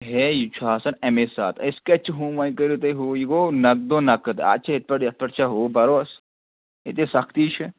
ہے یہِ چھُ آسان اَمے ساتہٕ أسۍ کَتہِ چھِ ہُم وۅنۍ کَرِو تُہۍ ہُو یہِ گوٚو نَقدو نَقٕد اَز چھِ یَتھ پیٚٹھ یَتھ پیٚٹھ چھا ہُہ بَروسہٕ ییٚتے سَختی چھِ